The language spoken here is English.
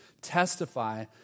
Testify